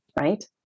right